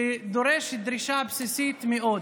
שדורש דרישה בסיסית מאוד: